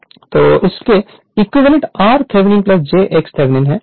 Refer Slide Time 1442 तो इसके equivalent r Thevenin j x Thevenin है